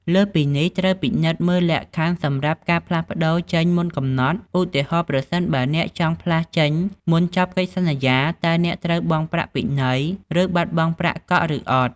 លើសពីនេះ ត្រូវពិនិត្យមើលលក្ខខណ្ឌសម្រាប់ការផ្លាស់ចេញមុនកំណត់ ឧទាហរណ៍ប្រសិនបើអ្នកចង់ផ្លាស់ចេញមុនចប់កិច្ចសន្យា តើអ្នកត្រូវបង់ប្រាក់ពិន័យ ឬបាត់បង់ប្រាក់កក់ឬអត់?